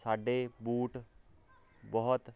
ਸਾਡੇ ਬੂਟ ਬਹੁਤ